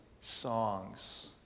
songs